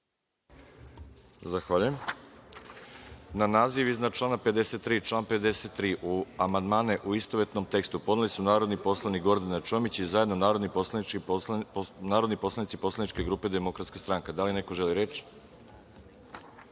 Zahvaljujem. Na naziv iznad člana 53. i član 53. amandmane, u istovetnom tekstu, podneli su narodni poslanik Gordana Čomić i zajedno narodni poslanici poslaničke grupe Demokratska stranka. Da li neko želi reč?